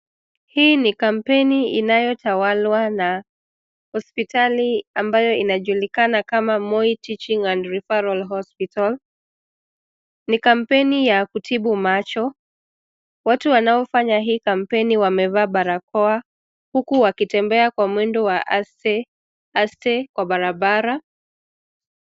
Hii ni kampeni inayotawalwa na hospitali ambayo inajulikana kama Moi Teaching and Referral Hospital. Ni kampeni ya kutibu macho. Watu wanaofanya hii kampeni wamevaa barakoa, huku wakitembea kwa mwendo wa aste aste kwa barabara.